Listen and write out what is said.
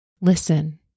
Listen